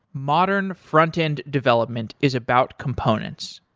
modern frontend development is about components.